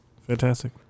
Fantastic